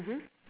mmhmm